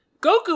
Goku